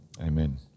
Amen